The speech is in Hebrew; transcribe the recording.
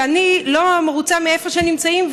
שאני לא מרוצה מאיפה שהם נמצאים,